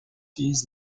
fees